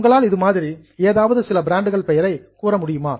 உங்களால் இது மாதிரி ஏதாவது சில பிராண்டுகள் பெயரை கூற முடியுமா